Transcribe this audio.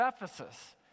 Ephesus